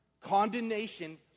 condemnation